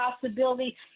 possibility